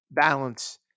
Balance